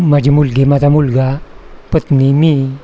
माझी मुलगी माझा मुलगा पत्नी मी